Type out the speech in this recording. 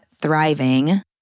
thriving